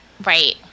Right